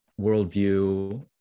worldview